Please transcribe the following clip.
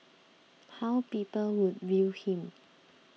how people would view him